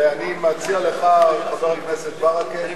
ואני מציע לך ולחבר הכנסת ברכה,